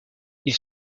ils